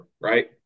right